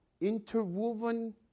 Interwoven